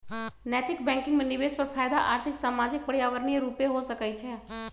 नैतिक बैंकिंग में निवेश पर फयदा आर्थिक, सामाजिक, पर्यावरणीय रूपे हो सकइ छै